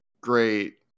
great